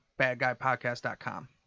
badguypodcast.com